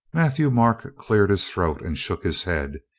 matthieu-marc cleared his throat and shook his head.